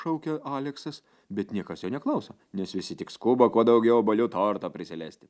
šaukia aleksas bet niekas jo neklauso nes visi tik skuba kuo daugiau obuolių torto prisilesti